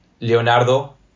leonardo